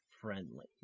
friendly